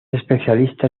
especialista